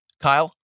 Kyle